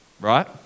right